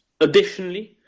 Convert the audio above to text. Additionally